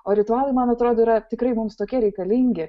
o ritualai man atrodo yra tikrai mums tokie reikalingi